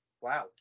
Wow